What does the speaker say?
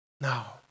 Now